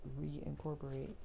reincorporate